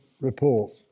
report